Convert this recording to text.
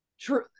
True